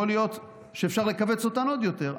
יכול להיות שאפשר לכווץ אותם עוד יותר.